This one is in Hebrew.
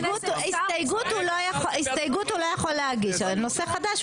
הסתייגות הוא לא יכול להגיש אבל נושא חדש,